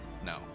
No